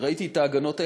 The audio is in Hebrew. וראיתי את ההגנות האלה.